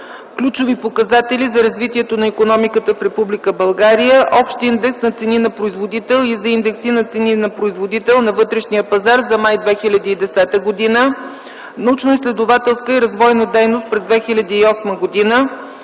ключови показатели за развитието на икономиката в Република България; - общ индекс на цени на производител и за индекси на цени на производител на вътрешния пазар за м. май 2010 г.; - научноизследователска и развойна дейност през 2008 г.;